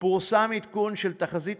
פורסם עדכון של תחזית